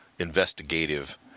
investigative